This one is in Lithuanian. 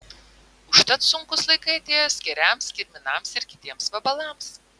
užtat sunkūs laikai atėjo skėriams kirminams ir kitiems vabalams